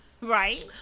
Right